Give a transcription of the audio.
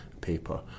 paper